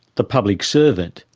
the public servant,